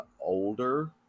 older